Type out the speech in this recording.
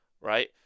right